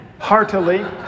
Heartily